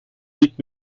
liegt